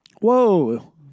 Whoa